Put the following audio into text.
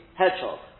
hedgehog